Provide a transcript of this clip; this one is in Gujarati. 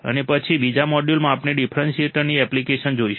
અને પછી બીજા મોડ્યુલમાં આપણે ડિફરન્શિએટરની એપ્લિકેશન જોઈશું